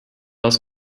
else